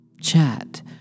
chat